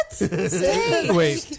Wait